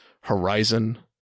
Horizon